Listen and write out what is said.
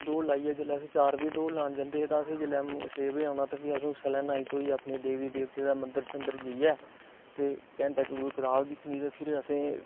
दौड लाइयै जिसले अस चार बजे बी दौड़ लान जंदे तां आसेंगी जिसले छे बजे औना ते फिर आसे सारे न्हाई धोइयै अपने देवी देवते दा मंदर जेइयै ते घंटा इक कोई किताव दिक्खनी ते फिर